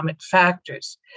factors